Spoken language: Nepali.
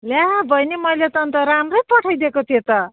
ला बहिनी मैले त अन्त राम्रै पठाइदिएको थिएँ त